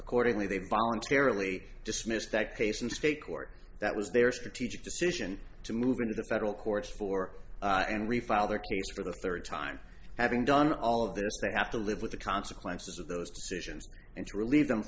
accordingly they barnes fairly dismissed that case in state court that was their strategic decision to move into the federal courts for and refile their case for the third time having done all of this they have to live with the consequences of those decisions and to relieve them